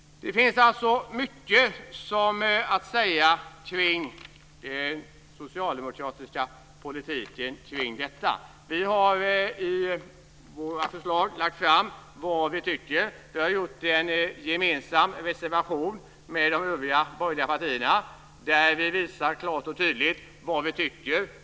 Det finns alltså mycket att säga om den socialdemokratiska politiken kring detta. Vi har i våra förslag lagt fram vad vi tycker. Vi har utformat en gemensam reservation med de övriga borgerliga partierna, där vi visar klart och tydligt vad vi anser.